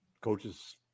coaches